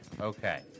Okay